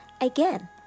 again